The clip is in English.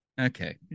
Okay